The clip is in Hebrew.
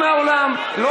אפילו